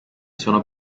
sono